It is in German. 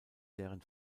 deren